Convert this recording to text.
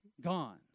gone